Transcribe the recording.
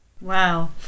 Wow